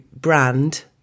brand